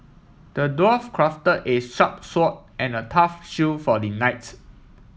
the dwarf crafted a sharp sword and a tough shield for the knights